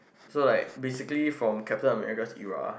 so like basically from Captain-American's era